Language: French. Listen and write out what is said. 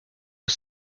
aux